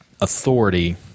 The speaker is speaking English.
authority